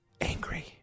Angry